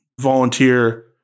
volunteer